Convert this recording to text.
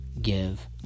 give